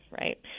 right